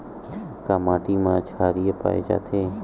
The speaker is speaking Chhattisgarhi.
का माटी मा क्षारीय पाए जाथे?